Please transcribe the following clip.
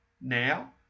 now